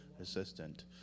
assistant